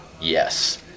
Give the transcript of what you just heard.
yes